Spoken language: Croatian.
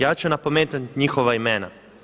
Ja ću napomenuti njihova imena.